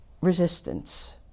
resistance